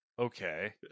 Okay